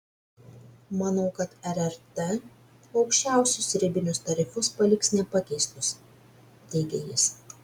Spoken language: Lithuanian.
manau kad rrt aukščiausius ribinius tarifus paliks nepakeistus teigia jis